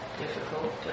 difficult